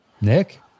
nick